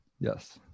yes